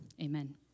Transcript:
Amen